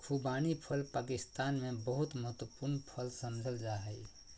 खुबानी फल पाकिस्तान में बहुत महत्वपूर्ण फल समझल जा हइ